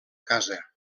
casa